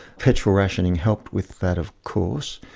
petrol rationing helped with that of course,